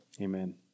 amen